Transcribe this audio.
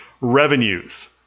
Revenues